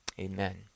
amen